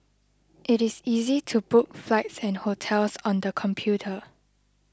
it is easy to book flights and hotels on the computer